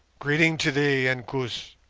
greeting to thee, inkoos!